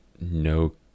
no